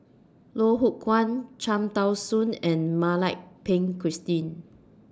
Loh Hoong Kwan Cham Tao Soon and Mak Lai Peng Christine